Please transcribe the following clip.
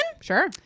Sure